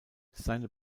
seine